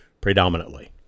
predominantly